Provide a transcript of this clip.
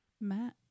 Matt